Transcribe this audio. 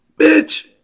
bitch